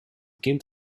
kind